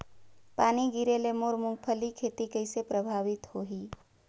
पानी गिरे ले मोर मुंगफली खेती कइसे प्रभावित होही?